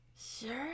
sure